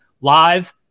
live